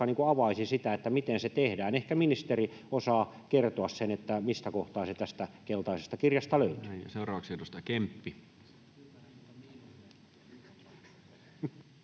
avaisi sitä, miten se tehdään. Ehkä ministeri osaa kertoa sen, mistä kohtaa se tästä keltaisesta kirjasta löytyy. Näin. — Ja seuraavaksi edustaja Kemppi.